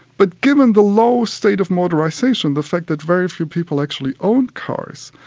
but given the low state of motorisation, the fact that very few people actually owned cars,